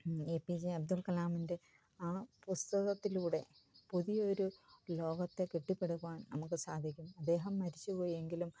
A P J Abdul കലാമിൻ്റെ ആ പുസ്തകത്തിലൂടെ പുതിയൊരു ലോകത്തെ കെട്ടിപ്പടുക്കുവാൻ നമക്ക് സാധിക്കും അദ്ദേഹം മരിച്ചുപോയെങ്കിലും